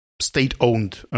state-owned